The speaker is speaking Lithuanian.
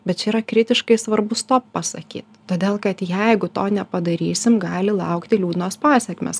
bet čia yra kritiškai svarbu stop pasakyt todėl kad jeigu to nepadarysim gali laukti liūdnos pasekmės